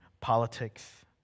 politics